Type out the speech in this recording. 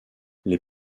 les